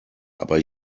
aber